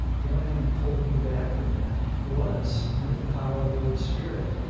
the only thing that pulled me back from that was the power of the holy spirit,